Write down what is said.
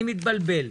אני מתבלבל.